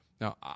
Now